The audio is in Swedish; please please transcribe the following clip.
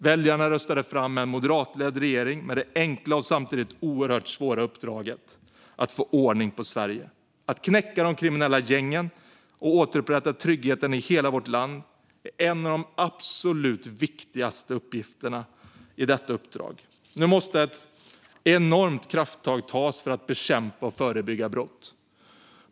Väljarna röstade fram en moderatledd regering med det enkla och samtidigt oerhört svåra uppdraget att få ordning på Sverige. Att knäcka de kriminella gängen och återupprätta tryggheten i hela vårt land är en av de absolut viktigaste uppgifterna i detta uppdrag. Nu måste ett enormt krafttag tas för att bekämpa och förebygga brott.